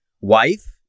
wife